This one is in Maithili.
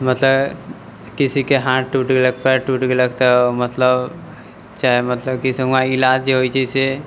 मतलब किसीके हाथ टूटि गेलक पयर टूटि गेलक तऽ मतलब चाहे मतलब कि से हुवां इलाज जे होइ छै से